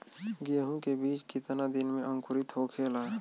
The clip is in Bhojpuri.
गेहूँ के बिज कितना दिन में अंकुरित होखेला?